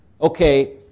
okay